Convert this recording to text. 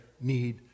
need